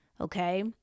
okay